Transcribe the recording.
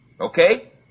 Okay